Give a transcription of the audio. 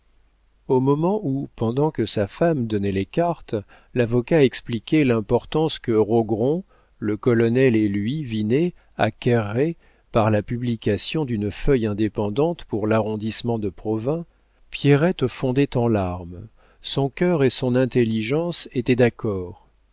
au moment où pendant que sa femme donnait les cartes l'avocat expliquait l'importance que rogron le colonel et lui vinet acquerraient par la publication d'une feuille indépendante pour l'arrondissement de provins pierrette fondait en larmes son cœur et son intelligence étaient d'accord